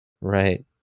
right